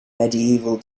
medieval